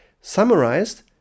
Summarized